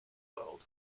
world